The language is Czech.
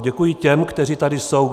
Děkuji těm, kteří tady jsou.